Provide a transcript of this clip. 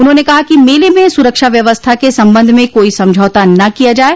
उन्होंने कहा कि मेले में सुरक्षा व्यवस्था के संबंध में कोई समझौता न किया जाये